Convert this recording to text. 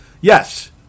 Yes